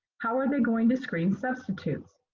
how are they going to screen substitutes?